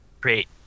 create